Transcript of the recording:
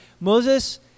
Moses